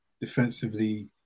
defensively